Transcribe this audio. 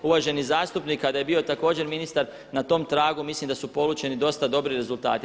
Uvaženi zastupnik kada je bio također ministar na tom tragu mislim da su polučeni dosta dobri rezultati.